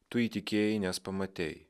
tu įtikėjai nes pamatei